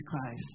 Christ